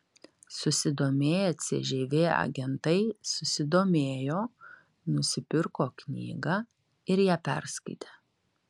susidomėję cžv agentai susidomėjo nusipirko knygą ir ją perskaitė